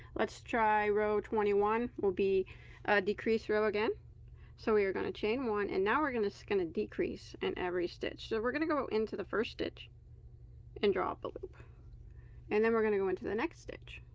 let's try row twenty one will be a decrease row again so we are going to chain one and now we're so going to decrease and every stitch so we're gonna go into the first stitch and draw up a loop and then we're gonna go into the next stitch